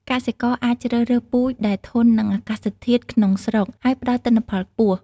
កសិករអាចជ្រើសរើសពូជដែលធន់នឹងអាកាសធាតុក្នុងស្រុក ហើយផ្តល់ទិន្នផលខ្ពស់។